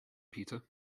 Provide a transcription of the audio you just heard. peter